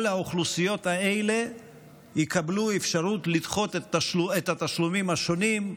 כל האוכלוסיות האלה יקבלו אפשרות לדחות את התשלומים השונים: